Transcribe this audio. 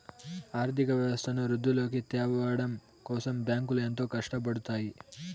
ఆర్థిక వ్యవస్థను వృద్ధిలోకి త్యావడం కోసం బ్యాంకులు ఎంతో కట్టపడుతాయి